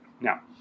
Now